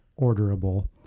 orderable